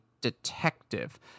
detective